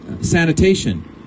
sanitation